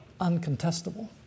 uncontestable